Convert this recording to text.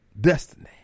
destiny